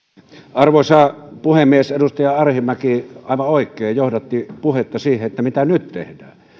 arvoisa puhemies edustaja arhinmäki aivan oikein johdatti puhetta siihen mitä nyt